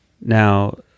Now